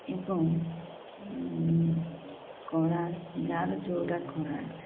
ଏବଂ କଳା ଯାହାର ଯେଉଁଟା କଳା